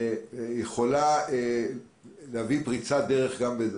יכולה להביא לפריצת דרך גם בזה